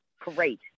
Great